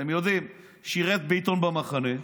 אתם יודעים, הוא שירת בעיתון "במחנה".